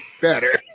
better